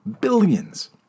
Billions